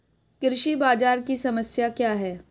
कृषि बाजार की समस्या क्या है?